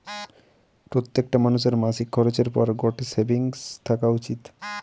প্রত্যেকটা মানুষের মাসিক খরচের পর গটে সেভিংস থাকা উচিত